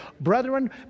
Brethren